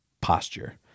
posture